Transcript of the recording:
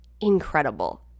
incredible